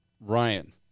Ryan